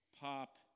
pop